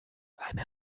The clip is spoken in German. eine